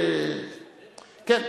כן,